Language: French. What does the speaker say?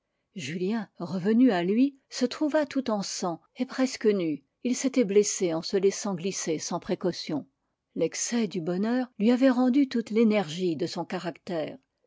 julien revenu à lui se trouva tout en sang et presque nu il s'était blessé en se laissant glisser sans précaution l'excès du bonheur lui avait rendu toute l'énergie de son caractère